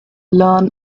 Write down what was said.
learn